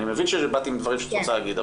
אני מבין שבאת עם דברים שאת רוצה להגיד,